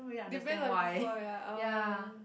depend on people ya oh